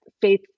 faith